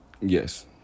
Yes